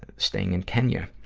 staying in kenya.